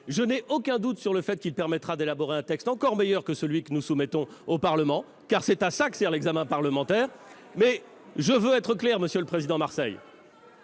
Je n'ai aucun doute sur le fait qu'il permettra d'élaborer un texte encore meilleur que celui que nous soumettons au Parlement, car c'est à cela que sert l'examen parlementaire. Cependant, je veux être clair, monsieur Marseille